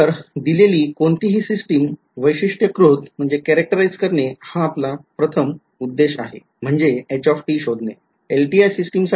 तर दिलेली कोणतीही सिस्टिम वैशिष्ट्यीकृत करणे आपला प्रथम उद्देश आहे म्हणजे h शोधणे